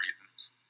reasons